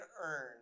earn